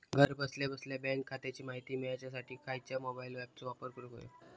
घरा बसल्या बसल्या बँक खात्याची माहिती मिळाच्यासाठी खायच्या मोबाईल ॲपाचो वापर करूक होयो?